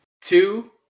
two